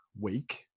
week